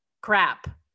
crap